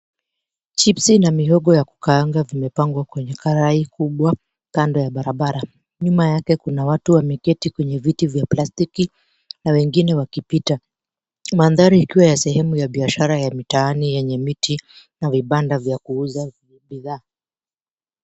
Chipsi na mihogo ya kukaanga vimepangwa kwenye karai kubwa kando ya barabara nyuma yake kuna watu wameketi kwenye viti vya plastiki na wengine wakipita. Mandhari ikiwa ya sehemu ya biashara ya mitaani yenye miti na vibanda vya kuuza bidhaa.